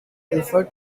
refer